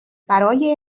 برای